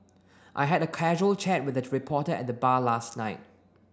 I had a casual chat with a reporter at the bar last night